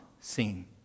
seen